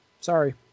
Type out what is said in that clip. Sorry